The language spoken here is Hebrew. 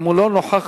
אם לא נכח